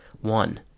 One